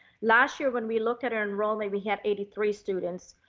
last year, when we look at our enrollment, we have eighty three students.